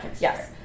Yes